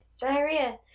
diarrhea